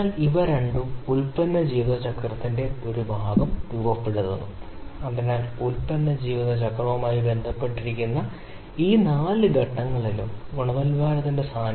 അതിനാൽ എനിക്ക് ഇത് മുഴുവൻ എഴുതാൻ കഴിയും പദം n മൈനസ് 1 എന്ന് n σ2 കൊണ്ട് ഹരിക്കുന്നു അതിനാൽ എനിക്ക് ഈ പദം മുഴുവനും എഴുതാൻ കഴിയും